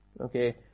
Okay